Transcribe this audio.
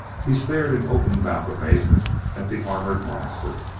he stared in open-mouthed amazement at the armored monster.